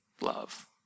love